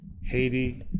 Haiti